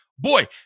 Boy